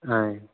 ఆయ్